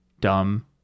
dumb